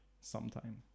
sometime